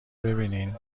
ببینین